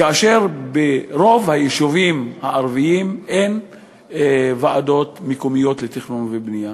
כאשר ברוב היישובים הערביים אין ועדות מקומיות לתכנון ובנייה,